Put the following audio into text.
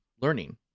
learning